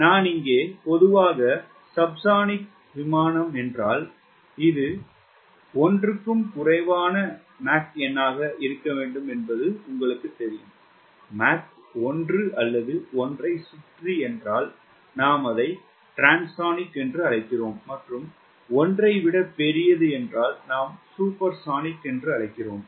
நான் இங்கே பொதுவாக சப்ஸோனிக் விமானம் என்றால் இது ஒன்றுக்கு குறைவாக மாக் எண்ணாக இருக்க வேண்டும் என்பது உங்களுக்குத் தெரியும் மேக் ஒன்று அல்லது 1 ஐ சுற்றி என்றால் நாம் அதை டிரான்சோனிக் என்று அழைக்கிறோம் மற்றும் ஒன்றை விட பெரியது நாம் சூப்பர்சோனிக் என்று அழைக்கிறோம்